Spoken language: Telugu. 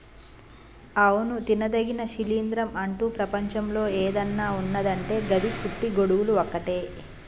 అవును తినదగిన శిలీంద్రం అంటు ప్రపంచంలో ఏదన్న ఉన్నదంటే గది పుట్టి గొడుగులు ఒక్కటే